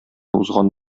узган